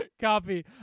Copy